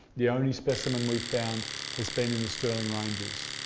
the only specimen we've found has been in the stirling ranges.